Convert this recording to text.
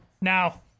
now